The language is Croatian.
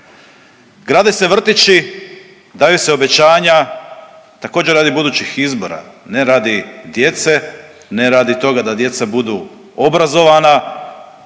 Grade se vrtići, daju se obećanja, također radi budućih izbora ne radi djece, ne radi toga da djeca budu obrazovana,